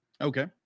Okay